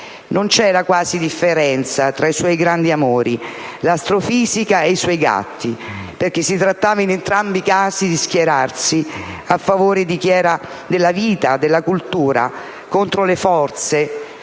Non c'era quasi differenza fra i suoi grandi amori, l'astrofisica e i suoi gatti, perché in entrambi i casi si trattava di schierarsi a favore della vita, della cultura, contro le forze